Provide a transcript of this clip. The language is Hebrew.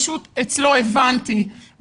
אצלו הבנתי.